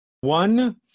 One